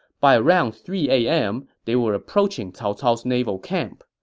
by around three a m, they were approaching cao cao's naval camp.